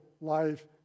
life